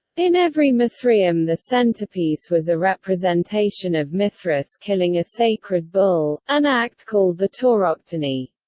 in every mithraeum the centrepiece was a representation of mithras killing a sacred bull, an act called the tauroctony.